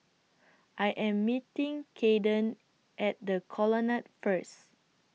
I Am meeting Caden At The Colonnade First